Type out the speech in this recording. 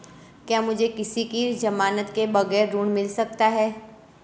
क्या मुझे किसी की ज़मानत के बगैर ऋण मिल सकता है?